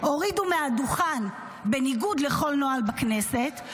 אותי הורידו מהדוכן בניגוד לכל נוהל בכנסת,